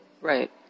Right